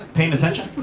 paying attention?